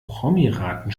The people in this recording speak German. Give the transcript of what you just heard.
promiraten